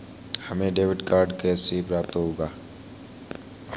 हमें debit card कैसे प्राप्त होगा?